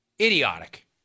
Idiotic